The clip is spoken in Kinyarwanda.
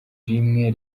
rimwe